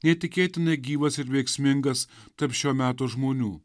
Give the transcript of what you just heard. neįtikėtinai gyvas ir veiksmingas tarp šio meto žmonių